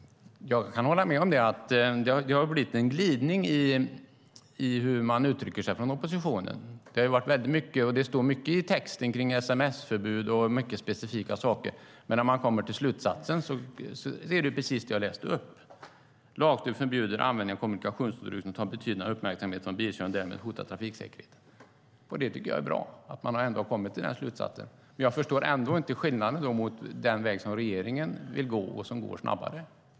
Jag kan hålla med om att det har blivit en glidning i hur man uttrycker sig från oppositionen. Det står mycket i texten om sms-förbud och mycket specifika saker, men när man kommer till slutsatsen är det precis det jag läste upp: lagstiftning som förbjuder användning av kommunikationsutrustning som tar betydande uppmärksamhet från bilkörningen och därmed hotar trafiksäkerheten. Jag tycker att det är bra att man har kommit till den slutsatsen. Men jag förstår ändå inte skillnaden mot den väg som regeringen vill gå och som är snabbare.